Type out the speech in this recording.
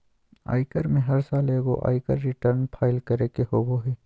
आयकर में हर साल एगो आयकर रिटर्न फाइल करे के होबो हइ